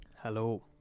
Hello